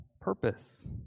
purpose